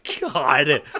God